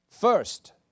First